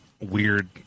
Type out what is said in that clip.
weird